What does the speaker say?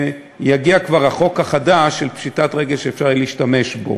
יגיע כבר החוק החדש של פשיטת רגל שאפשר יהיה להשתמש בו.